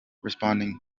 responding